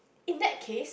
in that case